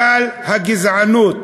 גל הגזענות